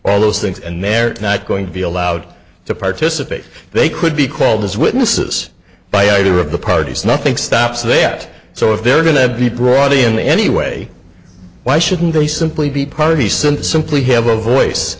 all those things and they're not going to be allowed to participate they could be called as witnesses by either of the parties nothing stops they act so if they're going to be brought in the anyway why shouldn't they simply be party since simply have a voice